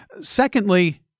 secondly